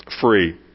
free